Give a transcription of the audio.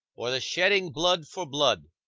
or the shedding blood for blood.